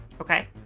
Okay